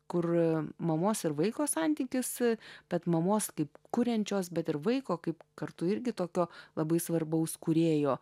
kur mamos ir vaiko santykis bet mamos kaip kuriančios bet ir vaiko kaip kartu irgi tokio labai svarbaus kūrėjo